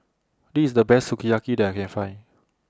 This IS The Best Sukiyaki that I Can Find